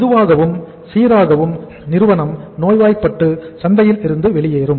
மெதுவாகவும் சீராகவும் நிறுவனம் நோய்வாய்ப்பட்டு சந்தையில் இருந்து வெளியேறும்